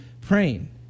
praying